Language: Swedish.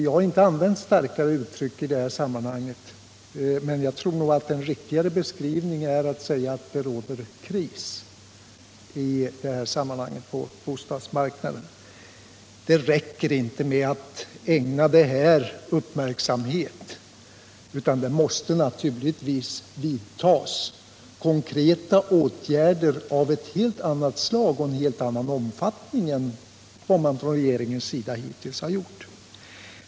Jag har inte använt starkare uttryck i sammanhanget, men jag tror nog att det är en riktigare beskrivning att säga att det råder kris på bostadsmarknaden. Det räcker inte med att ägna det här upp 155 märksamhet. Det måste naturligtvis vidtas konkreta åtgärder av ett helt annat slag och av en helt annan omfattning än regeringen hittills gjort.